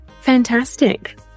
Fantastic